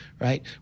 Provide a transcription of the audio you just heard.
right